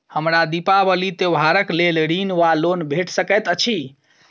हमरा दिपावली त्योहारक लेल ऋण वा लोन भेट सकैत अछि?